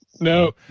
no